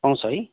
पाउँछ है